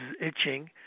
itching